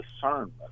discernment